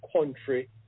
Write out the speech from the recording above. country